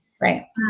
Right